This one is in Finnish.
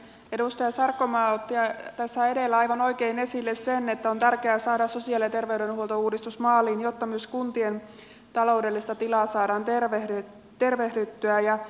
edustaja sarkomaa otti edellä aivan oikein esille sen että on tärkeä saada sosiaali ja terveydenhuoltouudistus maaliin jotta myös kuntien taloudellista tilaa saadaan tervehdytettyä